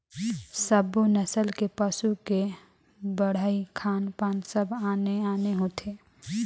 सब्बो नसल के पसू के बड़हई, खान पान सब आने आने होथे